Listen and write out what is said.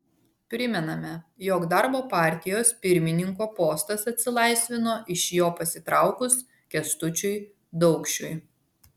primename jog darbo partijos pirmininko postas atsilaisvino iš jo pasitraukus kęstučiui daukšiui